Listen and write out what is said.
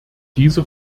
dieser